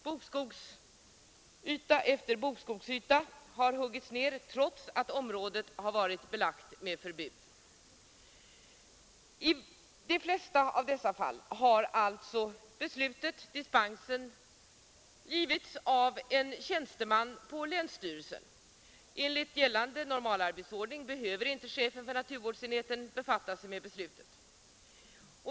Bokskogsyta efter bokskogsyta har huggits ned, trots att området varit belagt med förbud mot avverkning. I de flesta av dessa fall har dispensen givits av en tjänsteman på länsstyrelsen. Enligt gällande normalarbetsordning behöver inte chefen för naturvårdsenheten befatta sig med beslutet.